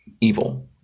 evil